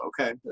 okay